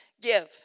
Give